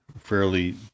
fairly